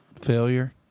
Failure